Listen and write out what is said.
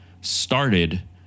started